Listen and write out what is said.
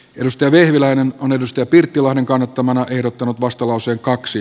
anu vehviläinen on arto pirttilahden kannattamana ehdottanutvastalauseen kaksi